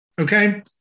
Okay